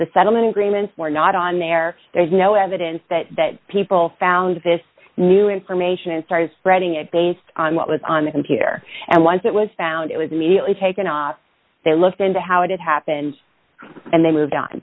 the settlement agreements were not on there there's no evidence that that people found this new information and started reading it based on what was on the computer and once it was found it was immediately taken off they looked into how it happened and they moved on